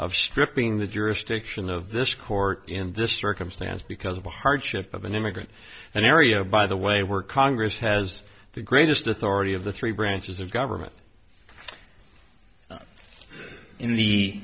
of stripping the jurisdiction of this court in this circumstance because of the hardship of an immigrant an area by the way we're congress has the greatest authority of the three branches of government in the